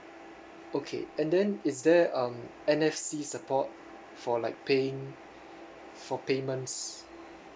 okay and then is there um N_F_C support for like paying for payments